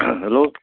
hello